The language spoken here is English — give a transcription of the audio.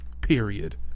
period